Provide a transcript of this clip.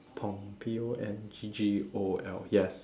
pong P O N G G O L yes